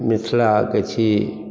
मिथिलाके छी